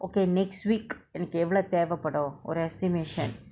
okay next week எனக்கு எவளோ தேவபடு ஒரு:enaku evalo thevapadu oru estimation